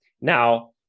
now